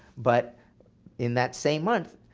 but in that same month,